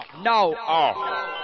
No